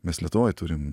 mes lietuvoj turim